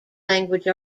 language